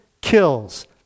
kills